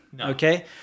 Okay